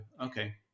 okay